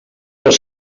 els